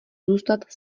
zůstat